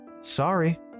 sorry